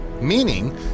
meaning